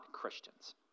Christians